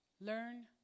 learn